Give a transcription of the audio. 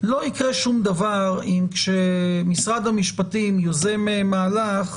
לא יקרה שום דבר אם כשמשרד המשפטים יוזם מהלך,